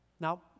Now